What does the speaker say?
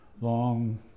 long